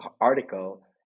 article